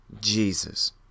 Jesus